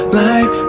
life